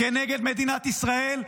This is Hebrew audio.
נגד מדינת ישראל,